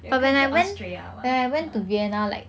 也可以去 austria mah !huh!